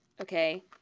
okay